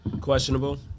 questionable